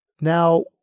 Now